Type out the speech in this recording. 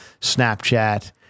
Snapchat